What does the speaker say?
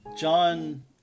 John –